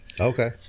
Okay